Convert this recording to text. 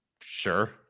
Sure